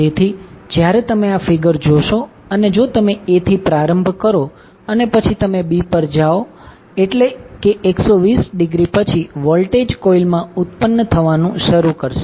તેથી જ્યારે તમે આ ફિગર જોશો અને જો તમે A થી પ્રારંભ કરો અને પછી તમે B પર જાઓ એટલે કે 120 ડિગ્રી પછી વોલ્ટેજ કોઇલમાં ઉત્પન્ન થવાનું શરૂ કરશે